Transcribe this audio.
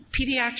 pediatric